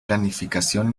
planificación